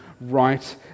right